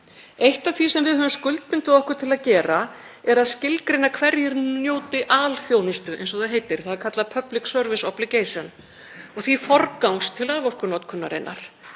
Eitt af því sem við höfum skuldbundið okkur til að gera er að skilgreina hverjir njóti alþjónustu eins og það heitir, það er kallað „Public Service Obligation“, og því forgangs til raforkunotkunarinnar.